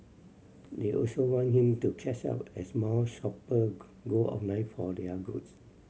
they also want him to catch up as more shopper go online for their goods